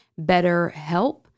BetterHelp